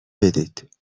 بدید